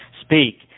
speak